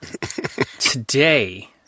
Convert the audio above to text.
Today